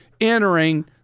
entering